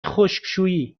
خشکشویی